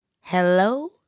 hello